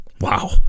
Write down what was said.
wow